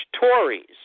Tories